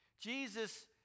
Jesus